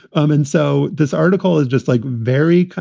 um and so this article is just like very.